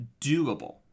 doable